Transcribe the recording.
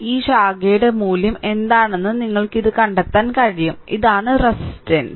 ഈ ശാഖയുടെ മൂല്യം എന്താണെന്ന് നിങ്ങൾക്ക് ഇത് കണ്ടെത്താൻ കഴിയും ഇതാണ് റെസിസ്റ്റൻസ്